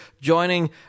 joining